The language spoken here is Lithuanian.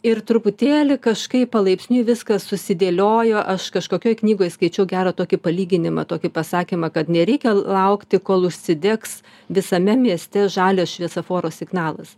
ir truputėlį kažkaip palaipsniui viskas susidėliojo aš kažkokioj knygoj skaičiau gerą tokį palyginimą tokį pasakymą kad nereikia laukti kol užsidegs visame mieste žalias šviesoforo signalas